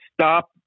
stop